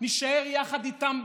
נישאר יחד איתם בבית,